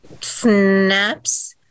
Snaps